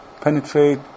penetrate